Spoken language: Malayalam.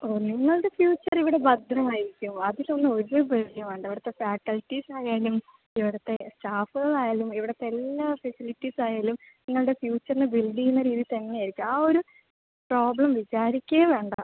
ഓ നിങ്ങളുടെ ഫ്യൂച്ചർ ഇവിടെ ഭദ്രമായിരിക്കും അതിൽ ഒന്നും ഒര് പേടിയും വേണ്ട ഇവിടത്തെ ഫാക്കൽറ്റീസ് ആയാലും ഇവിടത്തെ സ്റ്റാഫുകൾ ആയാലും ഇവിടത്തെ എല്ലാ ഫെസിലിറ്റീസ് ആയാലും നിങ്ങളിടെ ഫ്യൂച്ചറിനെ ബിൽഡ് ചെയ്യുന്ന രീതിയിൽ തന്നെ ആയിരിക്കും പ്രോബ്ലം വിചാരിക്കുകയേ വേണ്ട